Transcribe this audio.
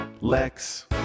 Lex